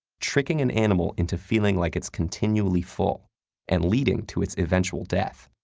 tricking an animal into feeling like it's continually full and leading to its eventual death.